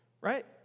right